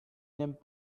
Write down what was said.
n’aiment